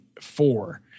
four